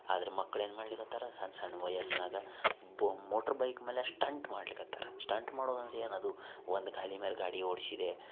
ಆದ್ರೆ ಮಕ್ಳೇನು ಮಾಡಲಿಕತ್ತಾರ ಸಣ್ಣ ಸಣ್ಣ ವಯಸ್ಸಿನಾಗ ಬೊ ಮೋಟ್ರ್ಬೈಕ್ ಮ್ಯಾಲೆ ಸ್ಟಂಟ್ ಮಾಡಲಿಕತ್ತಾರ ಸ್ಟಂಟ್ ಮಾಡೋದಂದ್ರೆ ಏನದು ಒಂದು ಗಾಲಿ ಮ್ಯಾಲೆ ಗಾಡಿ ಓಡ್ಸಿದೆ